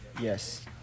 yes